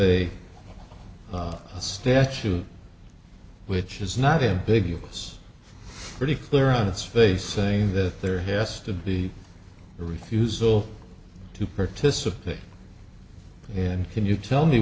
have a statute which is not him big us pretty clear on its face saying that there has to be a refusal to participate and can you tell me